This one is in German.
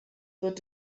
wird